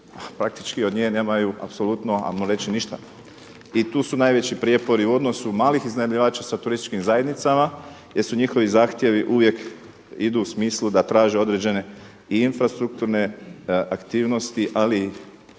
praktički od nje nemaju apsolutno ajmo reći ništa. I tu su najveći prijepori u odnosu malih iznajmljivača sa turističkim zajednicama jer su njihovi zahtjevi uvijek idu u smislu da traže određene i infrastrukturne aktivnosti ali